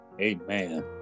Amen